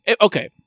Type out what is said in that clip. Okay